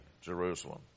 Jerusalem